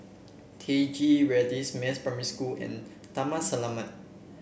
Teck Ghee Radin Mas Primary School and Taman Selamat